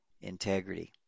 integrity